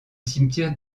cimetière